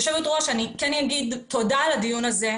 יושבת הראש, אני כן אגיד - תודה על הדיון הזה.